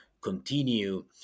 continue